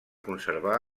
conservar